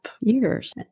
years